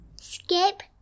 Skip